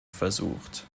versucht